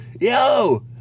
yo